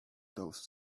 those